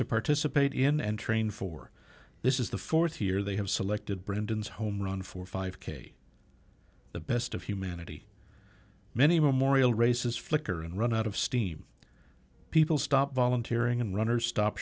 to participate in and train for this is the fourth year they have selected britain's home run for five k the best of humanity many memorial races flicker and run out of steam people stop volunteering and runners stop